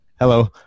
Hello